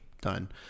done